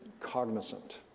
cognizant